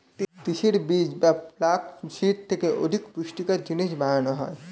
তিসির বীজ বা ফ্লাক্স সিড থেকে অধিক পুষ্টিকর জিনিস বানানো হয়